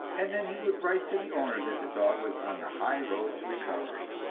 and then he would write to the owner that the dog was on the high road to recovery.